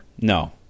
No